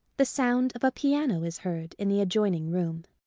the sound of a piano is heard in the adjoining room.